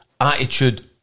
Attitude